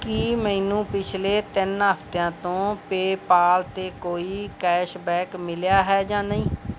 ਕੀ ਮੈਨੂੰ ਪਿਛਲੇ ਤਿੰਨ ਹਫ਼ਤਿਆਂ ਤੋਂ ਪੇਪਾਲ 'ਤੇ ਕੋਈ ਕੈਸ਼ਬੈਕ ਮਿਲਿਆ ਹੈ ਜਾਂ ਨਹੀਂ